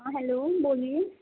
ہاں ہلو بولیے